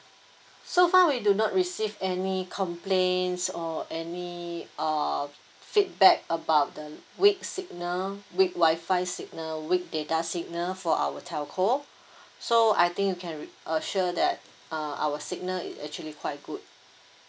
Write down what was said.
so far we do not receive any complaints or any uh feedback about the weak signal weak wifi signal weak data signal for our telco so I think you can re~ assure that uh our signal it actually quite good